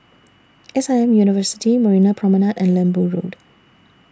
S I M University Marina Promenade and Lembu Road